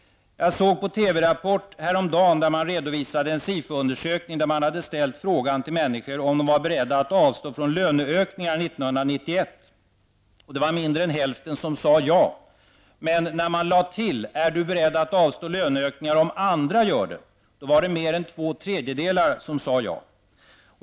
Jag såg häromdagen på Rapport i TV där man redovisade en sifo-undersökning i vilken man frågat människor om de var beredda att avstå från löneökningar år 1991. Det var mindre än hälften som sade ja. Men när man tillade: ``Är du beredd att avstå löneökningar om andra gör det?'' var det mer än två tredjedelar som svarade ja.